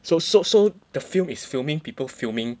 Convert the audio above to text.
so so so the film is filming people filming